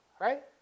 right